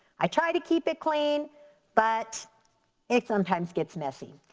i try to keep it clean but it sometimes gets messy.